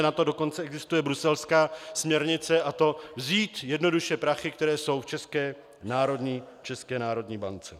Na to dokonce existuje bruselská směrnice, a to vzít jednoduše prachy, které jsou v České národní bance.